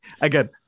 again